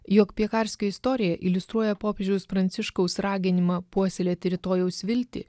jog piekarskio istorija iliustruoja popiežiaus pranciškaus raginimą puoselėti rytojaus viltį